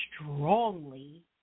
strongly